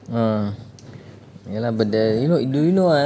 oh ya lah but the you know do you know ah